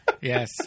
Yes